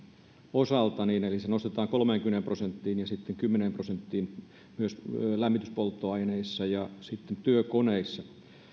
osalta eli se nostetaan kolmeenkymmeneen prosenttiin ja sitten kymmeneen prosenttiin myös lämmityspolttoaineissa ja työkoneissa